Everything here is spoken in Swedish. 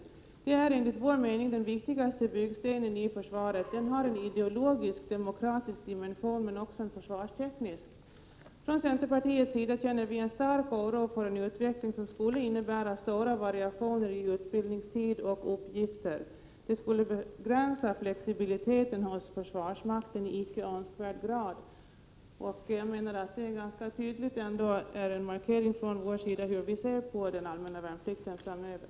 Den är enligt vår mening den viktigaste byggstenen i försvaret. Den har en ideologisk-demokratisk dimension men också en försvarsteknisk. Från centerpartiets sida känner vi en stark oro för en utveckling som skulle innebära stora variationer i utbildningstid och uppgifter. Det skulle begränsa flexibiliteten hos försvarsmakten i icke önskvärd grad.” Det är en ganska tydlig markering från centerpartiets sida av hur vi ser på den allmänna värnplikten framöver.